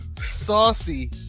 Saucy